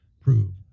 prove